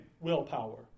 willpower